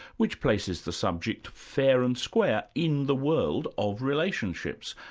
which places the subject fair and square in the world of relationships.